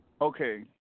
Okay